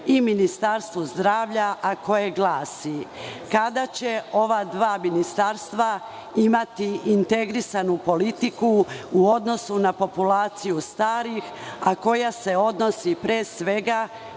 i Ministarstvu zdravlja, a koje glasi: kada će ova dva ministarstva imati integrisanu politiku u odnosu na populaciju starih, a koja se odnosi, pre svega,